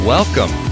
Welcome